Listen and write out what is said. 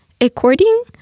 According